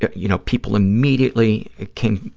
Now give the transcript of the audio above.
you know, people immediately came,